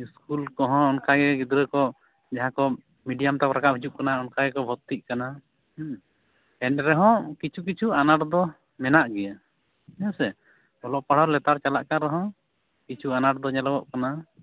school ᱠᱚᱦᱚᱸ ᱚᱱᱠᱟ ᱜᱮ ᱜᱤᱫᱽᱨᱟᱹ ᱠᱚ ᱡᱟᱦᱟᱸ ᱠᱚ ᱢᱤᱰᱤᱭᱟᱢ ᱛᱮ ᱨᱟᱠᱟᱵ ᱦᱤᱡᱩᱜ ᱠᱟᱱᱟ ᱚᱱᱠᱟ ᱜᱮᱠᱚ ᱵᱷᱚᱨᱛᱤᱜ ᱠᱟᱱᱟ ᱮᱱᱨᱮᱦᱚᱸ ᱠᱤᱪᱷᱩ ᱠᱤᱪᱷᱩ ᱟᱱᱟᱴ ᱫᱚ ᱢᱮᱱᱟᱜ ᱜᱮᱭᱟ ᱦᱮᱸ ᱥᱮ ᱚᱞᱚᱜ ᱯᱟᱲᱦᱟᱣ ᱞᱮᱛᱟᱲ ᱪᱟᱞᱟᱜ ᱠᱟᱱ ᱨᱮᱦᱚᱸ ᱠᱤᱪᱷᱩ ᱟᱱᱟᱴ ᱫᱚ ᱧᱮᱞᱚᱜᱚᱜ ᱠᱟᱱᱟ